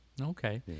Okay